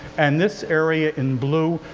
and this area in blue,